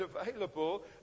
available